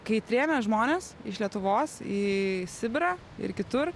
kai trėmė žmones iš lietuvos į sibirą ir kitur